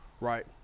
right